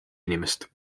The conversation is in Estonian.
inimest